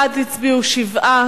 בעד הצביעו שבעה,